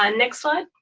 ah next slide.